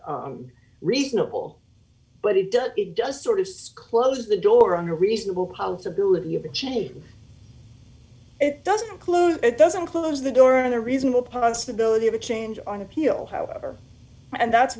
not reasonable but it does it does sort of close the door on a reasonable possibility of a change it doesn't include it doesn't close the door on the reasonable possibility of a change on appeal however and that's